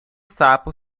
sapo